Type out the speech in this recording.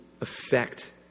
affect